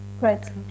Right